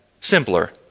simpler